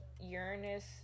uranus